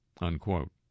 Unquote